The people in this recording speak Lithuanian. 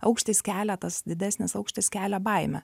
aukštis kelia tas didesnis aukštis kelia baimę